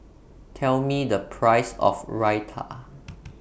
Tell Me The Price of Raita